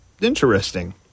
interesting